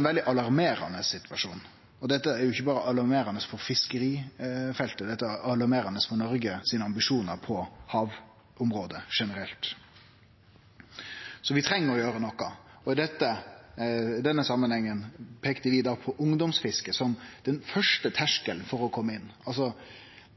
veldig alarmerande situasjon, og dette er ikkje berre alarmerande for fiskerifeltet, dette er alarmerande for Noregs ambisjonar på havområdet generelt. Så vi treng å gjere noko. I denne samanhengen peikte vi da på ungdomsfiske som den første terskelen for å kome inn. Altså